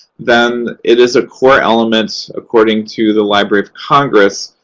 then it is a core element, according to the library of congress,